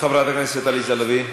חברת הכנסת עליזה לביא,